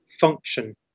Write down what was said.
function